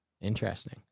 Interesting